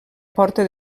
porta